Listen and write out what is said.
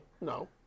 No